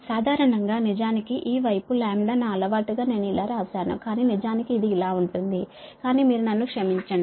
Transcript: సాధారణం గా నిజానికి ఈ వైపు λ నా అలవాటుగా నేను ఇలా వ్రాస్తాను కాని నిజానికి ఇది ఇలా ఉంటుంది కానీ మీరు నన్ను క్షమించండి